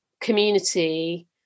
community